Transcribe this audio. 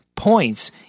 points